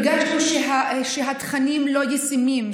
הרגשנו שהתכנים לא ישימים,